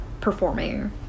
performing